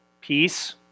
peace